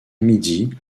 midi